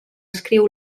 escriu